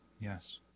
Yes